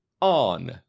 on